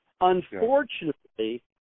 Unfortunately